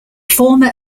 former